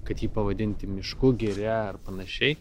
kad jį pavadinti mišku giria ar panašiai